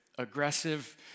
aggressive